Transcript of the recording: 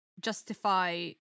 justify